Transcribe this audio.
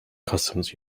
customs